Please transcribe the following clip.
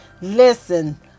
Listen